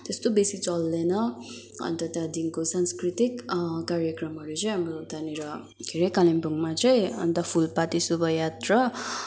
त्यस्तो बेसी चल्दैन अन्त त्यहाँदेखिको सांस्कृतिक कार्यक्रमहरू चाहिँ हाम्रो उतानिर के अरे कालिम्पोङमा चाहिँ अन्त फुलपाती शोभायात्रा